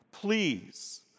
Please